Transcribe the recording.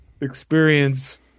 experience